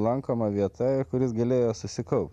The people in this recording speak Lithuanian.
lankoma vieta kuris jis galėjo susikaupt